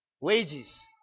wages